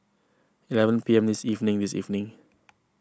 eleven P M this evening this evening